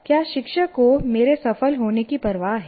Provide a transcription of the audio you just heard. क्या शिक्षक को मेरे सफल होने की परवाह है